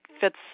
fits